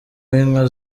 w’inka